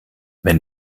wenn